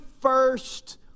first